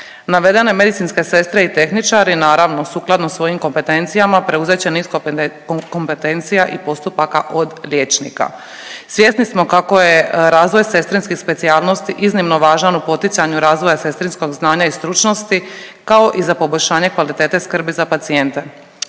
Navedene medicinske sestre i tehničari naravno sukladno svojim kompetencijama preuzet će niz kompetencija i postupaka od liječnika. Svjesni smo kako je razvoj sestrinskih specijalnosti iznimno važan u poticanju razvoja sestrinskog znanja i stručnosti kao i za poboljšanje kvalitete skrbi za pacijente.